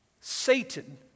Satan